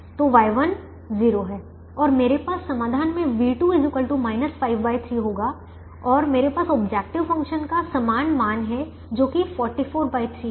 तो Y1 0 है और मेरे पास समाधान में v2 53 होगा और मेरे पास ऑब्जेक्टिव फ़ंक्शन का समान मान है जो कि 443 है